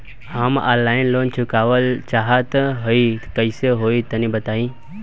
हम online loan चुकावल चाहऽ तनि कइसे होई तनि बताई?